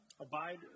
abide